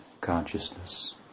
consciousness